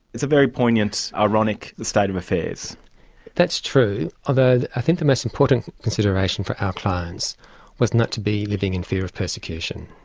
it's a very poignant, ironic state of that's true, although i think the most important consideration for our clients was not to be living in fear of persecution,